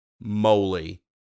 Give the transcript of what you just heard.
moly